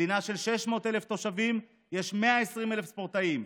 מדינה של 600,000 תושבים, יש 120,000 ספורטאים.